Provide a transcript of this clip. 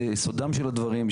לסודם של הדברים,